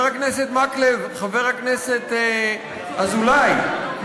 חבר הכנסת אזולאי,